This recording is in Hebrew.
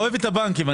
הבנקים.